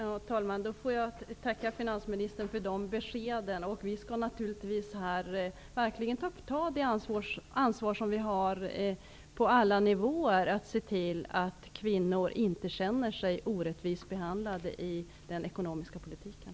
Herr talman! Jag får tacka finansministern för de beskeden. Vi skall ta det ansvar som vi har på alla nivåer att se till att kvinnor inte känner sig orättvist behandlade i den ekonomiska politiken.